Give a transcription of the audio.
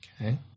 Okay